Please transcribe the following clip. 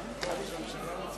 אדוני היושב-ראש,